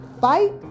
Fight